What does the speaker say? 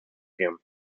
firm